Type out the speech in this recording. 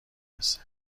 میرسه